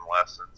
lessons